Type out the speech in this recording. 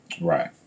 right